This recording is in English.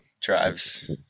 drives